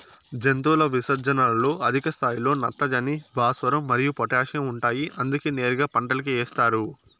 జంతువుల విసర్జనలలో అధిక స్థాయిలో నత్రజని, భాస్వరం మరియు పొటాషియం ఉంటాయి అందుకే నేరుగా పంటలకు ఏస్తారు